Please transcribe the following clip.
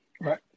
Right